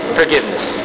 forgiveness